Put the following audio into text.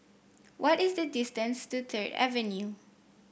what is the distance to Third Avenue